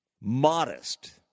modest